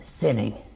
sinning